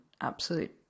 absolute